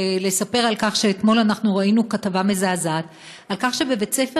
ולספר על כך שאתמול אנחנו ראינו כתבה מזעזעת על כך שבבית-ספר